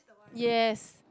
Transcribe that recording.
yes